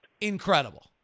incredible